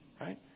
right